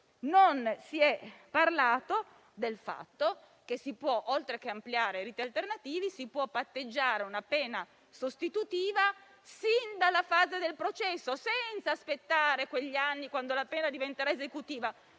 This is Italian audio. Non si è parlato del fatto che, oltre all'ampliamento dei riti alternativi, si può patteggiare una pena sostitutiva fin dalla fase del processo, senza aspettare anni, quando diventerà esecutiva.